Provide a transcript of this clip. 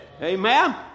Amen